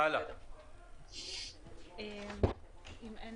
אם אין